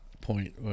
point